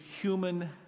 human